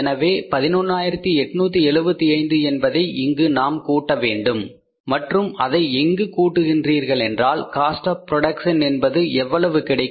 எனவே 11875 என்பதை இங்கு நாம் கூட்ட வேண்டும் மற்றும் அதை எங்கு கூட்கின்றீர்களென்றாள் காஸ்ட் ஆஃ புரோடக்சன் என்பது எவ்வளவு கிடைக்கும்